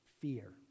fear